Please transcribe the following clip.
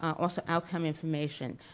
also outcome information.